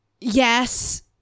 Yes